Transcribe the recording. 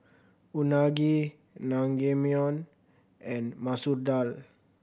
Unagi Naengmyeon and Masoor Dal